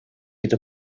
yedi